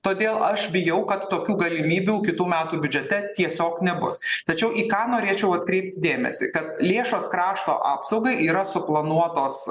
todėl aš bijau kad tokių galimybių kitų metų biudžete tiesiog nebus tačiau į ką norėčiau atkreipt dėmesį kad lėšos krašto apsaugai yra suplanuotos